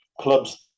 Clubs